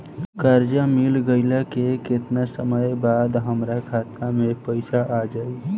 कर्जा मिल गईला के केतना समय बाद हमरा खाता मे पैसा आ जायी?